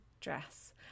dress